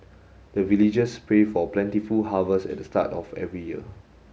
the villagers pray for plentiful harvest at the start of every year